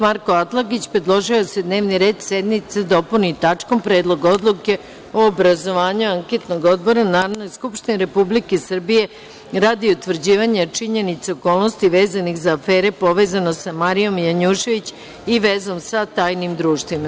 Marko Atlagić predložio je da se dnevni red sednice dopuni tačkom – Predlog odluke o obrazovanju anketnog odbora Narodne skupštine Republike Srbije radi utvrđivanja činjenica i okolnosti vezanih za afere, povezano sa Marijom Janjušević i vezom sa tajnim društvima.